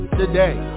today